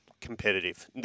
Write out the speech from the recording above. competitive